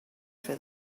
for